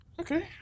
Okay